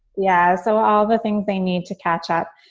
yeah so all the things they need to catch up.